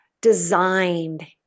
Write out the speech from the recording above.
designed